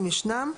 אם ישנם,